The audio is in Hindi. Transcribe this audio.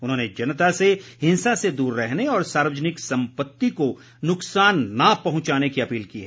उन्होंने जनता से हिंसा से दूर रहने और सार्वजनिक संपति को नुकसान न पहुंचाने की अपील की है